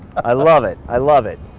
i love it, i love it.